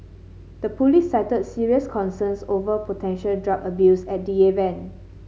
the police cited serious concerns over potential drug abuse at the event